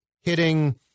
hitting